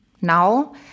now